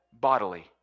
bodily